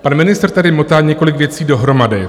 Pan ministr tady motá několik věcí dohromady.